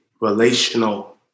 relational